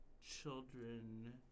children